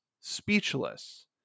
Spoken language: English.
speechless